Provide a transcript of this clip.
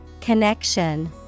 Connection